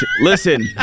Listen